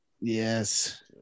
Yes